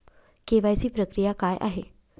KYC प्रक्रिया काय आहे?